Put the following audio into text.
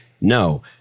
no